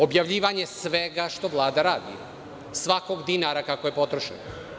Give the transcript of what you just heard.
Objavljivanje svega što Vlada radi, svakog dinara kako je potrošen.